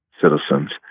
citizens